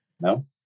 No